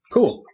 Cool